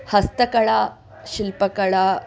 हस्तकला शिल्पकला